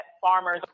farmers